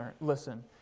listen